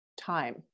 time